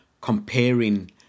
comparing